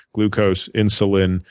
glucose, insulin,